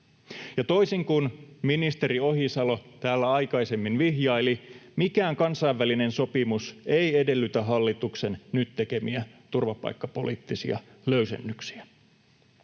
toisin kuin ministeri Ohisalo täällä aikaisemmin vihjaili, mikään kansainvälinen sopimus ei edellytä hallituksen nyt tekemiä turvapaikkapoliittisia löysennyksiä.